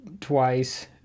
twice